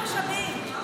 אין פה שום משאבים.